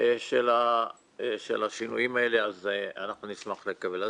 של השינויים האלה אז אנחנו נשמח לקבל.